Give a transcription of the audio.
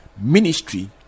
ministry